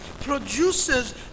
produces